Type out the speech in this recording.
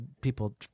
people